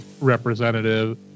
representative